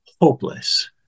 hopeless